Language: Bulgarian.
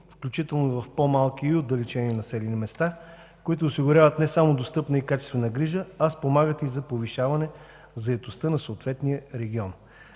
включително в по-малки и отдалечени населени места, които осигуряват не само достъпна и качествена грижа, а спомагат и за повишаване заетостта на съответния регион.